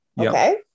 okay